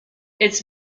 its